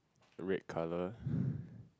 red colour